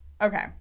Okay